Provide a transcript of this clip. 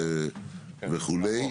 לכלכלה וכו',